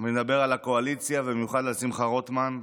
אדבר על הקואליציה, ובמיוחד על שמחה רוטמן,